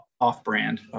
off-brand